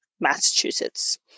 Massachusetts